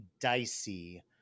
dicey